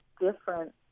different